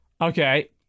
Okay